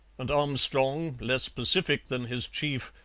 and armstrong, less pacific than his chief,